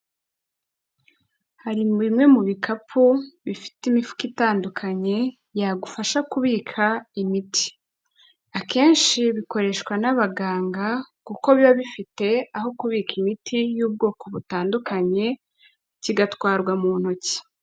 Hari bimwe mu bikapu bifite imifuka itandukanye yagufasha kubika imiti. Akenshi bikoreshwa n'abaganga kuko biba bifite aho kubika imiti y'ubwoko butandukanye, kigatwarwa mu ntoki.